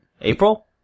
April